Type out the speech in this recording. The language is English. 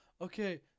okay